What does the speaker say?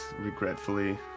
regretfully